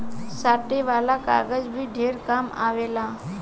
साटे वाला कागज भी ढेर काम मे आवेला